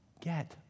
Get